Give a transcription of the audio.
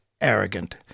arrogant